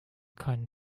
keinen